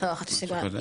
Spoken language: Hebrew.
בסדר.